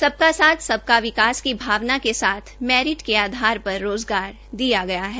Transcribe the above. सबका साथ सबका विकास की भावना के साथ मेरिट के आधार पर रोज़गार दिया गया है